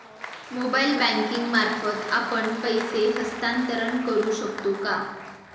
Mobile banking मार्फत आपण पैसे हस्तांतरण करू शकतो का?